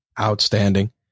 Outstanding